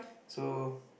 so